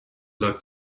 lag